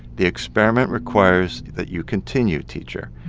the experiment requires that you continue, teacher.